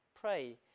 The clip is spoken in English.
pray